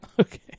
Okay